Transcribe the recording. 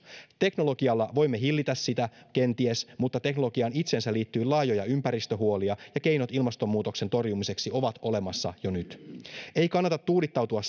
teknologialla voimme hillitä sitä kenties mutta teknologiaan itseensä liittyy laajoja ympäristöhuolia ja keinot ilmastonmuutoksen torjumiseksi ovat olemassa jo nyt ei kannata tuudittautua